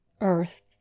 Earth